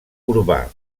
urbà